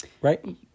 Right